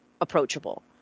approachable